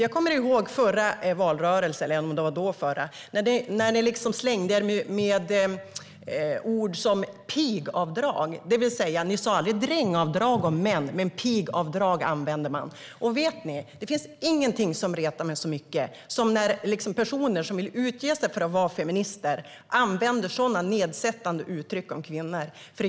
Jag kommer ihåg förra valrörelsen, eller om det var förrförra, då ni slängde er med ord som pigavdrag. Ni sa aldrig drängavdrag om män, utan pigavdrag var det ord ni använde. Vet ni, det finns ingenting som retar mig så mycket som när personer som vill utge sig för att vara feminister använder sådana nedsättande uttryck om kvinnor.